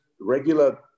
regular